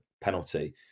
penalty